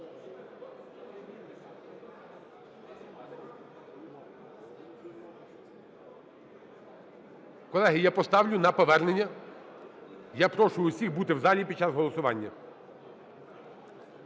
Колеги, я поставлю на повернення. Я прошу усіх бути в залі під час голосування.